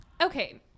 okay